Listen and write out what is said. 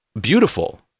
beautiful